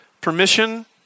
permission